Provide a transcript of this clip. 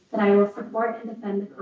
i will support